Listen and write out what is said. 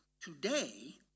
today